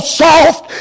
soft